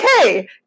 Okay